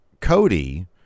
Cody